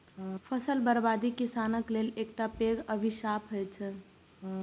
फसल बर्बादी किसानक लेल एकटा पैघ अभिशाप होइ छै